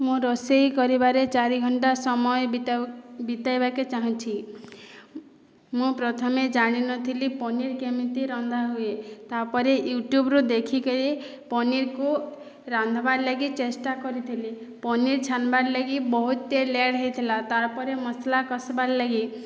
ମୁଁ ରୋଷେଇ କରିବାରେ ଚାରି ଘଣ୍ଟା ସମୟ ବିତାଏ ବିତାଇବାକୁ ଚାହୁଁଛି ମୁଁ ପ୍ରଥମେ ଜାଣି ନଥିଲି ପନିର୍ କେମିତି ରନ୍ଧା ହୁଏ ତା'ପରେ ୟୁଟ୍ୟୁବ୍ରୁ ଦେଖିକିରି ପନିର୍କୁ ରାନ୍ଧିବାର ଲାଗି ଚେଷ୍ଟା କରିଥିଲି ପନିର୍ ଛାଣିବାର ଲାଗି ବହୁତ ତେଲ ଆଡ୍ ହୋଇଥିଲା ତା'ର ପରେ ମସଲା କଷିବାର ଲାଗି